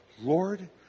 Lord